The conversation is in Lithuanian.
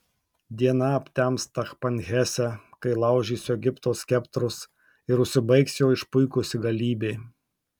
diena aptems tachpanhese kai laužysiu egipto skeptrus ir užsibaigs jo išpuikusi galybė